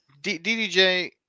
DDJ